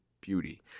beauty